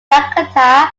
jakarta